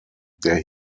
der